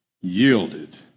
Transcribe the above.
yielded